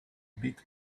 bit